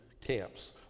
camps